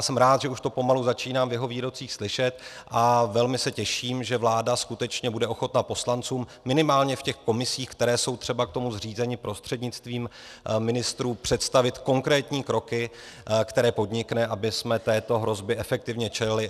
Jsem rád, že už to pomalu začínám v jeho výrocích slyšet, a velmi se těším, že vláda bude skutečně ochotna poslancům, minimálně v těch komisích, které jsou třeba k tomu zřízeny, prostřednictvím ministrů představit konkrétní kroky, které podnikne, abychom této hrozně efektivně čelili.